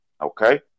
Okay